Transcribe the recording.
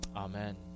Amen